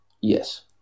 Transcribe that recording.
Yes